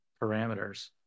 parameters